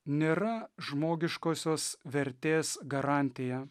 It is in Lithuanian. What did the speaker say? nėra žmogiškosios vertės garantija